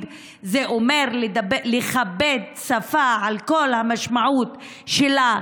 זה אומר לכבד שפה על כל המשמעות שלה,